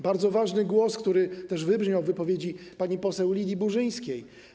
Bardzo ważny głos, który też wybrzmiał w wypowiedzi pani poseł Lidii Burzyńskiej.